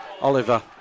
Oliver